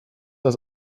das